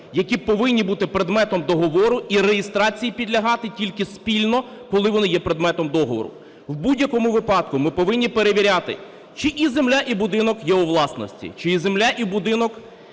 які повинні бути предметом договору і реєстрації підлягати тільки спільно, коли вони є предметом договору. У будь-якому випадку ми повинні перевіряти: чи і земля, і будинок є у власності; чи земля і будинок